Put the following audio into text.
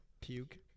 Puke